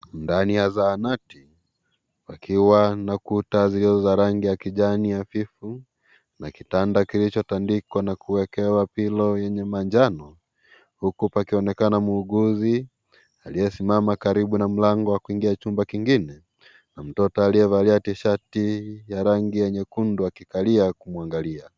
Ndani ya zahanati, pakiwa na kuta zilizo ni rangi ya kijani hafifu, nina kitanda kilichotandikwa na kuwekewa wapi hilo yenye manjano, huku pakionekana muuguzi aliyesimama karibu na mlango wa kuingia chumba kingine. Mtoto aliyevalia tishati ya rangi nyekundu akikalia kumwangalia.